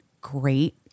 great